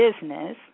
business